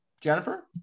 Jennifer